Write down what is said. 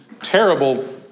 terrible